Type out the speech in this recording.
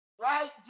Right